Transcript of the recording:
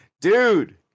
dude